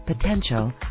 potential